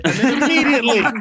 Immediately